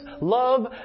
love